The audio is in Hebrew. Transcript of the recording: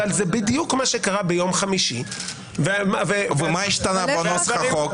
זה בדיוק מה שקרה ביום חמישי -- ומה השתנה בנוסח החוק?